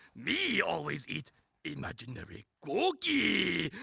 me always eat imaginary cookie.